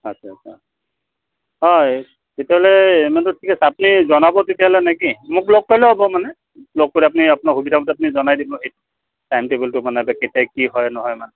আচ্ছা আচ্ছা হয় তেতিয়াহ'লে ইমানটো ঠিক আছে আপুনি জনাব তেতিয়াহ'লে নে কি মোক লগ কৰিলে হ'ব মানে লগ কৰি লৈ আপুনি আপোনাৰ সুবিধাতে আপুনি জনাই দিব টাইম টেবুলটো মানে কেতিয়া কি হয় নহয় মানে